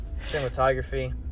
cinematography